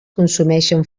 consumeixen